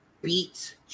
beat